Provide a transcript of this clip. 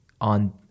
on